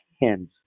hands